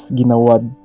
ginawad